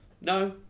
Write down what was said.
no